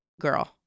girl